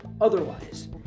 otherwise